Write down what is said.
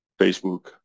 Facebook